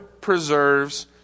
preserves